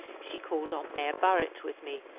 she called on mayor burritt with me,